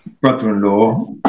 brother-in-law